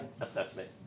assessment